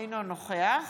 אינו נוכח